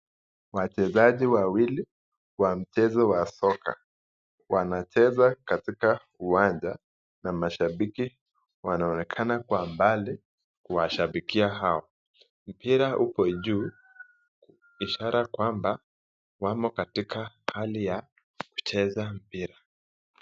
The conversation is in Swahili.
Wachezaji wawili wa mchezo ya soka, wanacheza katika uwanja na mashabiki wanaonekana kwa umbali kuwashabikia hao. Mpira huko juu ishara kwamba wamo katika hali ya kucheza mpira.